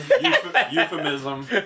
Euphemism